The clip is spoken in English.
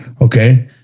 Okay